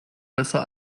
besser